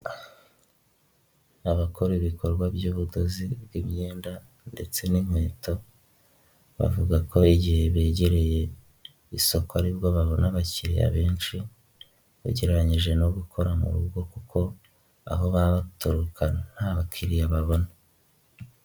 Abakora ibikorwa by'ubudozi bw'imyenda ndetse n'inkweto,, bavuga ko igihe begereye isoko aribwo babona abakiriya benshi, bagereranyije no gukora mu rugo kuko aho baba baturuka nta bakiriya babona.